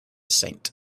saint